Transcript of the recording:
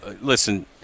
Listen